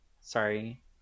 Sorry